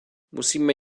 musíme